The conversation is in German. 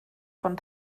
von